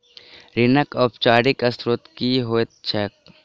ऋणक औपचारिक स्त्रोत की होइत छैक?